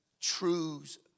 truths